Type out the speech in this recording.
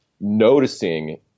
noticing